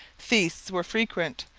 feasts were frequent,